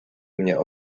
mnie